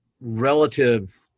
relative